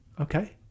okay